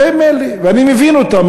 זה מילא, ואני מבין אותם.